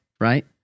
right